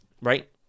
Right